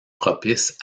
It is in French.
propice